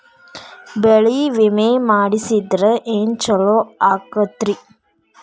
ಬೆಳಿ ವಿಮೆ ಮಾಡಿಸಿದ್ರ ಏನ್ ಛಲೋ ಆಕತ್ರಿ?